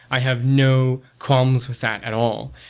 i have no qualms with that at all.